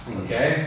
okay